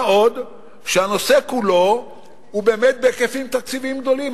מה עוד שהנושא כולו הוא באמת בהיקפים תקציביים גדולים,